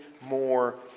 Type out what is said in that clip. more